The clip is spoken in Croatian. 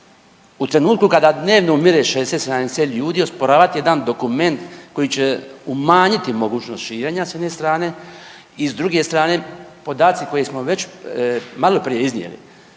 U trenutku kada dnevno umire 60, 70 ljudi osporavati jedan dokument koji će umanjiti mogućnost širenja s jedne strane i s druge strane podaci koje smo već maloprije iznijeli